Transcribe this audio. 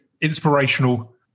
inspirational